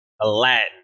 Aladdin